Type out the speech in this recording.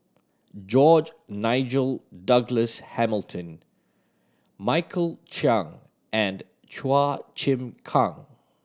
George Nigel Douglas Hamilton Michael Chiang and Chua Chim Kang